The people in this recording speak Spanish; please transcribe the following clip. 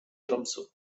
tromsø